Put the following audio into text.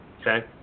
Okay